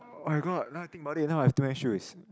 oh-my-god now I think about it now I have too many shoes